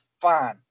fine